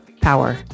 power